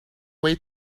way